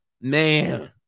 Man